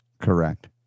Correct